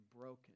broken